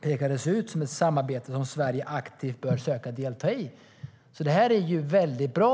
pekades ut som något som Sverige aktivt bör söka delta i, så det är väldigt bra.